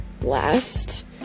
last